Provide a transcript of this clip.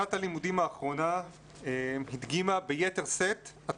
שנת הלימודים האחרונה הדגימה ביתר שאת עד